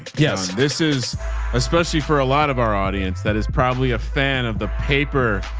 yes. this is especially for a lot of our audience. that is probably a fan of the paper.